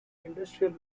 industrial